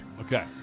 Okay